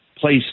place